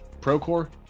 Procore